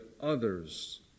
others